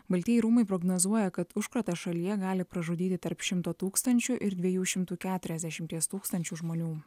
baltieji rūmai prognozuoja kad užkratas šalyje gali pražudyti tarp šimto tūkstančių ir dviejų šimtų keturiasdešimties tūkstančių žmonių